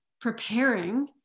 preparing